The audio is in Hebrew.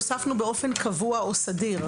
באופן קבוע או סדיר.